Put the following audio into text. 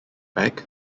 back